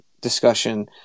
discussion